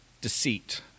deceit